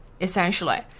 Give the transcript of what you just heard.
essentially